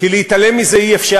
אני מסכם,